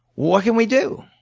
what can we do?